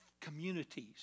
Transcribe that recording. communities